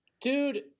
Dude